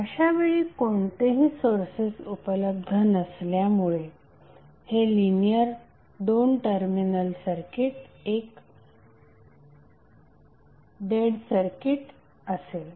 अशावेळी कोणतेही सोर्सेस उपलब्ध नसल्यामुळे हे लिनियर 2 टर्मिनल सर्किट एक डेड सर्किट असेल